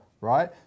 Right